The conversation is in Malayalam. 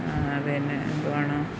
അതു തന്നെ എന്തുവാണ്